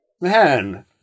man